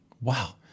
Wow